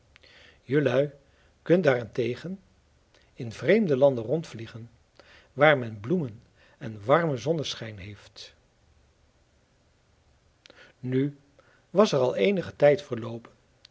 jelui kunt daarentegen in vreemde landen rondvliegen waar men bloemen en warmen zonneschijn heeft nu was er al eenigen tijd